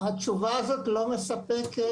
התשובה הזאת לא מספקת.